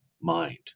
mind